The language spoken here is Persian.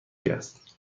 است